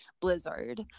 blizzard